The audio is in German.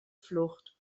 flucht